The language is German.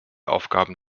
aufgaben